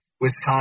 Wisconsin